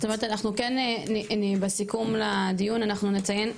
זאת אומרת בסיכום לדיון אנחנו נציין,